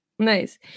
Nice